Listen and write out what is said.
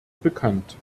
bekannt